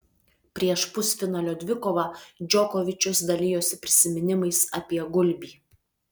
prieš pusfinalio dvikovą džokovičius dalijosi prisiminimais apie gulbį